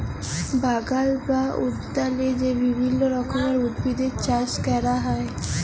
বাগাল বা উদ্যালে যে বিভিল্য রকমের উদ্ভিদের চাস ক্যরা হ্যয়